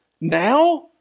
Now